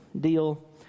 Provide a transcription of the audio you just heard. deal